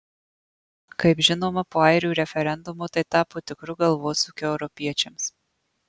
kaip žinoma po airių referendumo tai tapo tikru galvosūkiu europiečiams